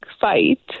fight